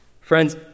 Friends